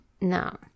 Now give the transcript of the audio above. No